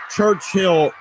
Churchill